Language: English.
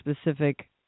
specific